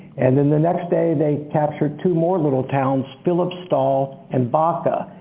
and then the next day they captured two more little towns, philippsthal and vacha.